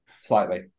Slightly